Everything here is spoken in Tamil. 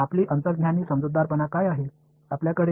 X உடன் புலத்தின் மாற்ற விகிதத்தை நான் உங்களிடம் கேட்கிறேன்